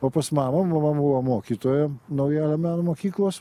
o pas mamą mama buvo mokytoja naujalio meno mokyklos